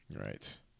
Right